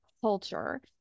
culture